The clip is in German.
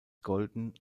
golden